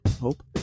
hope